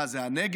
מה זה הנגב,